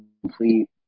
complete